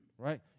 right